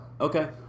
Okay